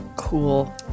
Cool